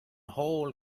whole